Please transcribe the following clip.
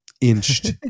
inched